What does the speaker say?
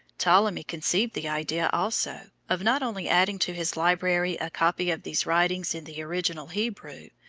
ptolemy conceived the idea, also, of not only adding to his library a copy of these writings in the original hebrew,